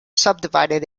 subdivided